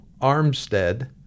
Armstead